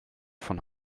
von